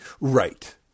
Right